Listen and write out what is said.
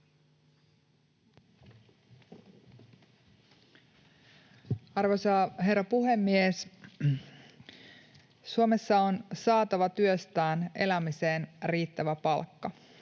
Arvoisa herra puhemies! Suomessa on saatava työstään elämiseen riittävä palkka,